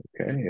Okay